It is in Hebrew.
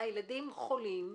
הילדים חולים,